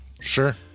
sure